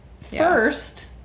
first